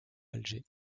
alger